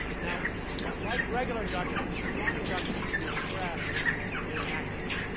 now like regular induction, strong induction can be expressed with an axiom.